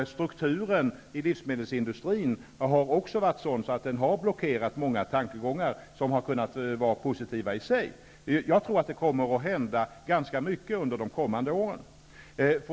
Strukturen i livsmedelsindistrin har också varit sådan att den har blockerat många tankegångar som har varit positiva i sig. Jag tror att det kommer att hända ganska mycket under de kommande åren.